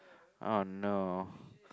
oh no